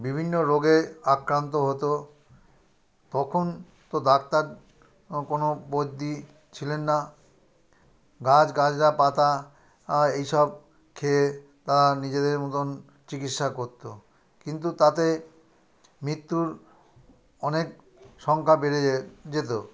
বিভিন্ন রোগে আক্রান্ত হতো তখন তো ডাক্তার কোনো বৈদ্যি ছিলেন না গাছগাছরা পাতা এইসব খেয়ে তারা নিজেদের মতন চিকিৎসা করত কিন্তু তাতে মৃত্যুর অনেক সংখ্যা বেড়ে যেত